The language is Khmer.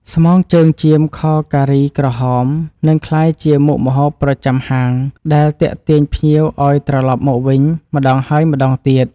ស្មងជើងចៀមខការីក្រហមនឹងក្លាយជាមុខម្ហូបប្រចាំហាងដែលទាក់ទាញភ្ញៀវឱ្យត្រឡប់មកវិញម្តងហើយម្តងទៀត។